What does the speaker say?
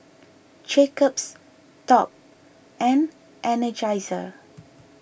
Jacob's Top and Energizer